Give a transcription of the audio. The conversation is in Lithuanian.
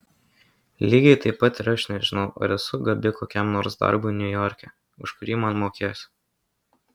lygiai taip pat ir aš nežinau ar esu gabi kokiam nors darbui niujorke už kurį man mokės